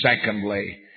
secondly